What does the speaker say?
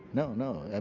no, no. and and